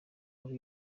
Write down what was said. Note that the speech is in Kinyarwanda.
nkuru